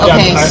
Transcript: Okay